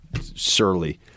surly